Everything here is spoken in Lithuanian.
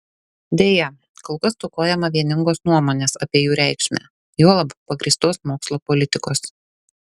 deja kol kas stokojama vieningos nuomonės apie jų reikšmę juolab pagrįstos mokslo politikos